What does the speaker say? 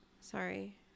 Sorry